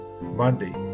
Monday